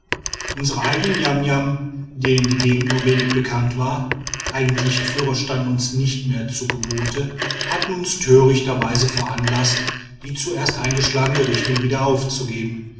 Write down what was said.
unsere eigenen niamniam denen die gegend nur wenig bekannt war eigentliche führer standen uns nicht mehr zu gebote hatten uns törichterweise veranlaßt die zuerst eingeschlagene richtung wieder aufzugeben